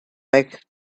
back